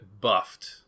buffed